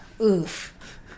Oof